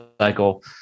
cycle